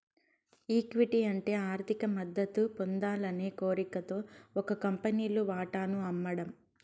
equity అంటే ఆర్థిక మద్దతు పొందాలనే కోరికతో ఒక కంపెనీలు వాటాను అమ్మడం